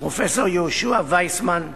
פרופסור יהושע ויסמן,